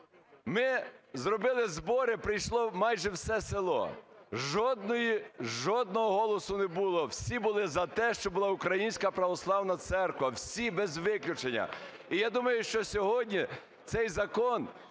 ми зробили збори, прийшло майже все село. Жодного голосу не було, всі були за те, щоб була Українська православна церква, всі без виключення. І я думаю, що сьогодні цей закон